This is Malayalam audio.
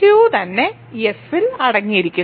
Q തന്നെ F ൽ അടങ്ങിയിരിക്കുന്നു